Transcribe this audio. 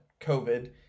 COVID